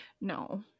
No